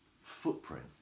footprint